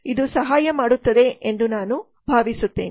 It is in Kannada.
ಇದು ಸಹಾಯ ಮಾಡುತ್ತದೆ ಎಂದು ನಾನು ಭಾವಿಸುತ್ತೇನೆ